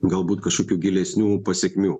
galbūt kažkokių gilesnių pasekmių